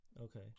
Okay